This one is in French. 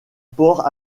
port